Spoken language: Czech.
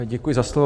Děkuji za slovo.